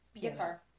Guitar